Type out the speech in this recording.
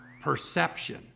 Perception